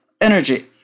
energy